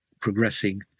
progressing